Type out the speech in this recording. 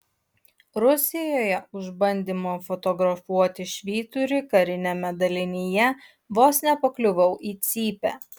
rusijoje už bandymą fotografuoti švyturį kariniame dalinyje vos nepakliuvau į cypę